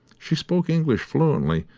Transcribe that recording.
she spoke english fluently,